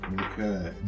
Okay